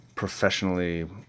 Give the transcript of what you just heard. professionally